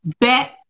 Bet